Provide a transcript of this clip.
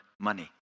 money